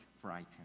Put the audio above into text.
frightened